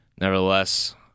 nevertheless